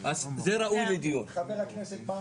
זה ראוי לדיון אבל --- חבר הכנסת מרגי,